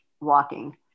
walking